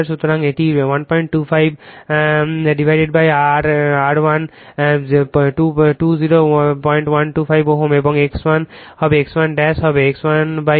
সুতরাং এটি 125 overR10 2 0125 Ω এবং X1 হবে X1 হবে X1 K 2 এটি 1004 Ω